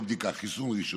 חיסון ראשון,